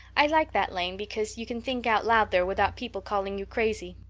i like that lane because you can think out loud there without people calling you crazy.